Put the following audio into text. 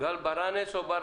ואל תגיד לי